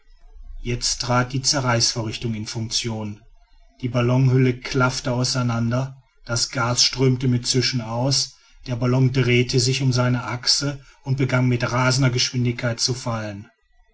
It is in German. jetzt trat die zerreißvorrichtung in funktion die ballonhülle klaffte auseinander das gas strömte mit zischen aus der ballon drehte sich um seine achse und begann mit rasender geschwindigkeit zu fallen